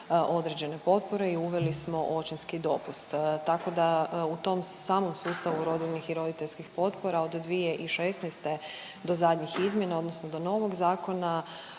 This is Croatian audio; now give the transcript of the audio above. određene potpore i uveli smo očinski dopust. Tako da u tom samom sustavu rodiljnih i roditeljskih potpora od 2016. do zadnjih izmjena odnosno do novog zakona,